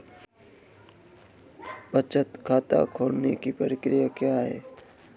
बचत खाता खोलने की प्रक्रिया क्या है?